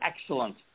excellent